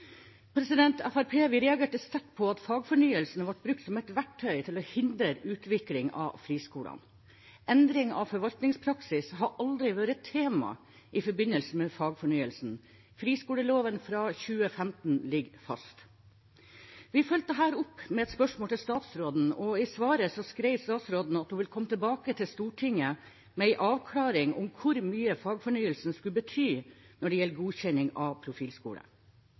reagerte sterkt på at fagfornyelsen ble brukt som et verktøy til å hindre utvikling av friskolene. Endring av forvaltningspraksis har aldri vært tema i forbindelse med fagfornyelsen. Friskoleloven fra 2015 ligger fast. Vi fulgte dette opp med et spørsmål til statsråden, og i svaret skrev statsråden at hun ville komme tilbake til Stortinget med en avklaring om hvor mye fagfornyelsen skulle betyr når det gjelder godkjenning av